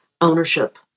ownership